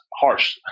harsh